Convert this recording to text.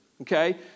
Okay